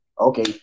okay